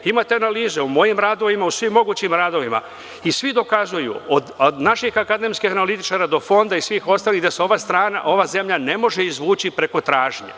Imate analize u mojim radovima, u svim mogućim radovima i svi dokazuju od naših akademskih analitičara do fonda i svih ostalih da se ova strana, ova zemlja ne može izvući preko tražnje.